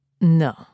No